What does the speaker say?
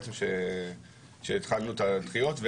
אז התחלנו את הדחיות,